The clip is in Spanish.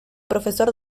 profesor